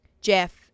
Jeff